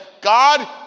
God